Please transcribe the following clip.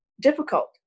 difficult